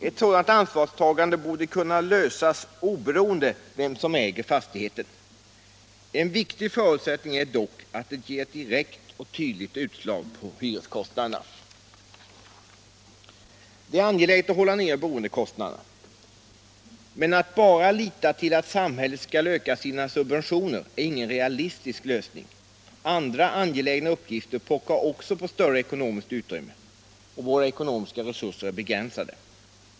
Ett sådant ansvarstagande borde kunna lösas oberoende av vem som äger fastigheten. En viktig förutsättning är dock att det ger ett direkt och tydligt utslag på hyreskostnaderna. Det är angeläget att hålla nere boendekostnaderna. Men att bara lita till att samhället skall öka sina subventioner är ingen realistisk lösning. Andra angelägna uppgifter pockar också på större ekonomiskt utrymme. Våra ekonomiska resurser är begränsade.